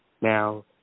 Now